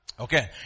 Okay